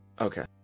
Okay